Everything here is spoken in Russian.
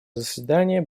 заседание